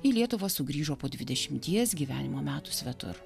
į lietuvą sugrįžo po dvidešimties gyvenimo metų svetur